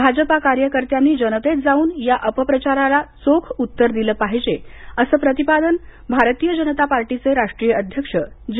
भाजपा कार्यकर्त्यांनी जनतेत जाऊन या अपप्रचाराला चोख उत्तर दिलं पाहिजे असं प्रतिपादन भारतीय जनता पार्टीचे राष्ट्रीय अध्यक्ष जे